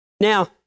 Now